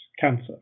cancer